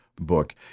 book